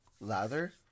lather